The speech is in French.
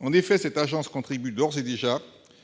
En effet, cette agence contribue d'ores et déjà